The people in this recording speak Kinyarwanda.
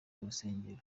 urusengero